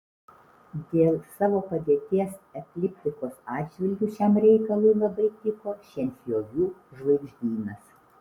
dėl savo padėties ekliptikos atžvilgiu šiam reikalui labai tiko šienpjovių žvaigždynas